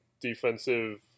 defensive